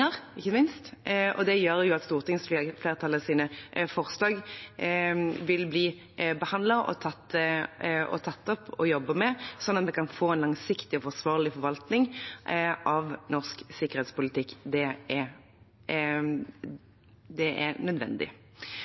ikke minst, og det gjør at stortingsflertalls forslag vil bli behandlet, tatt opp og jobbet med, sånn at en kan få en langsiktig og forsvarlig forvaltning av norsk sikkerhetspolitikk. Det er nødvendig. Så vil jeg bare knytte en kommentar til det